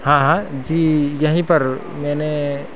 हाँ हाँ जी यही पर मैंने